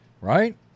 right